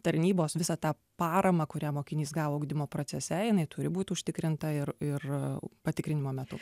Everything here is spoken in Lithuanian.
tarnybos visą tą paramą kurią mokinys gavo ugdymo procese jinai turi būt užtikrinta ir ir patikrinimo metu